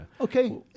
Okay